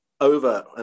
over